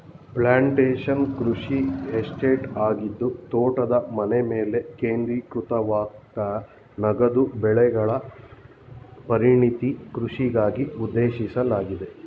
plantation ಕೃಷಿ estate ಆಗಿದ್ದು ತೋಟದ ಮನೆಮೇಲೆ ಕೇಂದ್ರೀಕೃತವಾಗಯ್ತೆ ನಗದು ಬೆಳೆಗಳ ಪರಿಣತಿಯ ಕೃಷಿಗಾಗಿ ಉದ್ದೇಶಿಸಲಾಗಿದೆ